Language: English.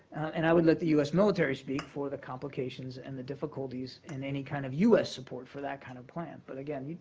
and i would let the u s. military speak for the complications and the difficulties in any kind of u s. support for that kind of plan. but again,